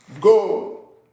Go